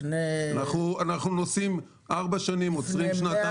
אני רק רוצה להגיד שגם בחלק